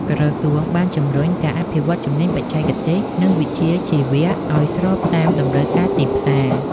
ក្រសួងបានជំរុញការអភិវឌ្ឍជំនាញបច្ចេកទេស និងវិជ្ជាជីវៈឱ្យស្របតាមតម្រូវការទីផ្សារ។